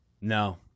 No